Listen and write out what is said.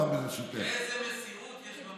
תראה איזו מסירות יש שם.